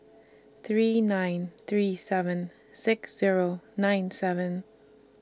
three nine three seven six Zero nine seven